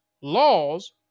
laws